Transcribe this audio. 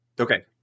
Okay